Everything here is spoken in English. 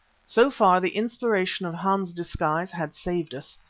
so far the inspiration of hans' disguise had saved us.